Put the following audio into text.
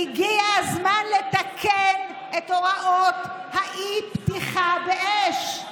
הגיע הזמן לתקן את הוראות האי-פתיחה באש.